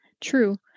True